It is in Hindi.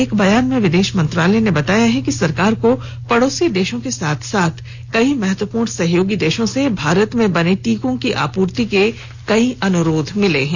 एक बयान में विदेश मंत्रालय ने बताया है कि सरकार को पडोसी देशों के साथ साथ कई महत्वपूर्ण सहयोगी देशों से भारत में बने टीकों की आपूर्ति के कई अनुरोध मिले हैं